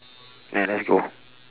ya let's go